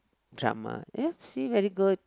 drama ya see very good